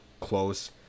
close